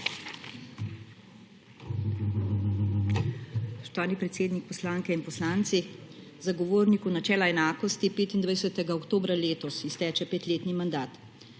Spoštovani predsednik, poslanke in poslanci! Zagovorniku načela enakosti 25. oktobra letos izteče petletni mandat.